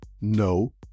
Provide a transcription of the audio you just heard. No